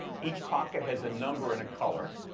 each pocket has a number and a color.